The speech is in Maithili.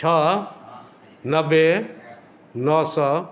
छओ नब्बे नओ सए